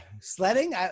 Sledding